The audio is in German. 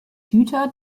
hüter